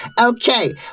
Okay